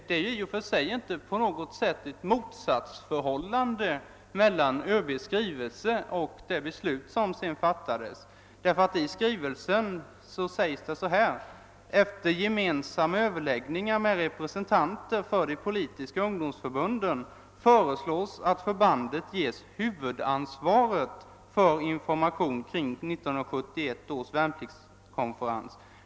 Det är emellertid inte i och för sig något motsatsförhållande mellan ÖB:s skrivelse och det beslut som därefter fattades. I skrivelsen framhölls nämligen bl.a. följande: »Efter Semensamma Överläggningar med representanter för de politiska ungdomsförbunden föreslås att förbandet ges huvudansvaret för information kring 1971 års värnpliktskonferens.